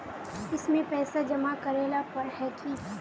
इसमें पैसा जमा करेला पर है की?